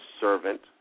servant